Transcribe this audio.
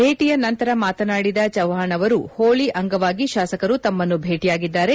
ಭೇಟಿಯ ನಂತರ ಮಾತನಾಡಿದ ಚೌವ್ವಾಣ್ ಅವರು ಹೋಳಿ ಅಂಗವಾಗಿ ಶಾಸಕರು ತಮ್ನನ್ನು ಭೇಟಿಯಾಗಿದ್ದಾರೆ